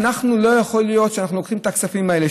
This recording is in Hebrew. לא יכול להיות שאנחנו לוקחים את הכספים האלה,